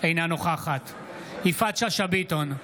אינה נוכחת יפעת שאשא ביטון,